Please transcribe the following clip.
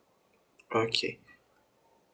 okay